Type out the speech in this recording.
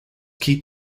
keep